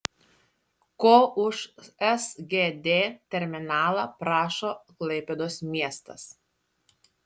ko už sgd terminalą prašo klaipėdos miestas